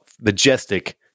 Majestic